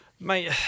Mate